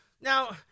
Now